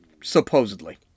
supposedly